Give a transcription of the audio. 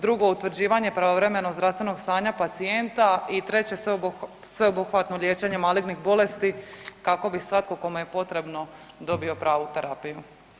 Drugo, utvrđivanje pravovremenog zdravstvenog stanja pacijenta i treće sveobuhvatno liječenje malignih bolesti kako bi svatko kome je potrebno dobio pravu terapiju.